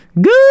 good